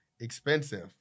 expensive